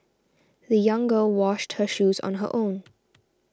the young girl washed her shoes on her own